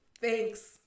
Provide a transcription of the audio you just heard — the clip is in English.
thanks